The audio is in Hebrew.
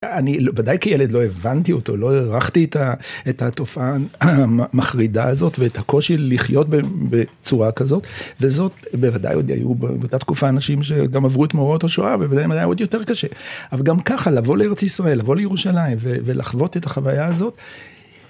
אני בוודאי כילד לא הבנתי אותו, לא הערכתי את התופעה המחרידה הזאת ואת הקושי לחיות בצורה כזאת וזאת בוודאי עוד היו באותה תקופה אנשים שגם עברו את מאורעות השואה ולהם היה עוד יותר קשה, אבל גם ככה לבוא לארץ ישראל, לבוא לירושלים ולחוות את החוויה הזאת